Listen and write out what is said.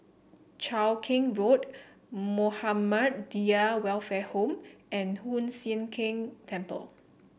Cheow Keng Road Muhammadiyah Welfare Home and Hoon Sian Keng Temple